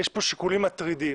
יש פה שיקולים מטרידים.